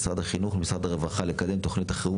משרד החינוך ומשרד הרווחה לקדם תוכנית חירום